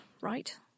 right